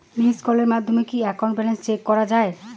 Missed কলের মাধ্যমে কি একাউন্ট ব্যালেন্স চেক করা যায়?